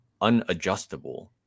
unadjustable